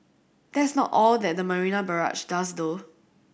that's not all that the Marina Barrage does though